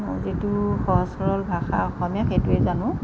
মোৰ যিটো সহজ সৰল ভাষা অসমীয়া সেইটোৱে জানো